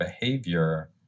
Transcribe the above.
behavior